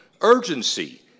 urgency